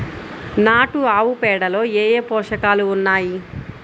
నాటు ఆవుపేడలో ఏ ఏ పోషకాలు ఉన్నాయి?